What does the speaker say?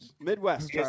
Midwest